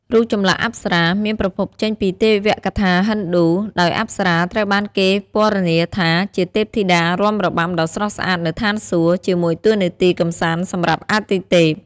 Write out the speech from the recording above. រូបចម្លាក់អប្សរា មានប្រភពចេញពីទេវកថាហិណ្ឌូ ដោយអប្សរាត្រូវបានគេពណ៌នាថាជាទេពធីតារាំរបាំដ៏ស្រស់ស្អាតនៅស្ថានសួគ៌ ជាមួយតួនាទីកម្សាន្តសម្រាប់អាទិទេព។